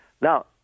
now